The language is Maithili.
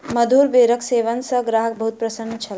मधुर बेरक सेवन सॅ ग्राहक बहुत प्रसन्न छल